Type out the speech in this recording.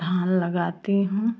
धान लगाती हूँ